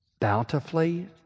bountifully